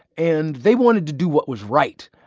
and they wanted to do what was right.